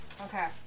Okay